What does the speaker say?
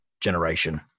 generation